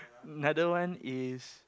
another one is